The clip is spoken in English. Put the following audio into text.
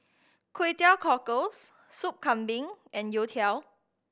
Kway Teow Cockles Sup Kambing and youtiao